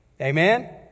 Amen